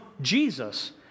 Jesus